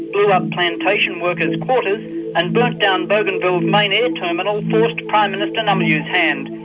blew up plantation workers' quarters and burnt down bougainville's main air terminal, forced prime minister namaliu's hand.